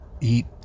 eat